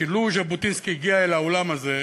שלו הגיע ז'בוטינסקי אל האולם הזה,